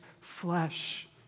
flesh